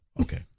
Okay